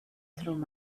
through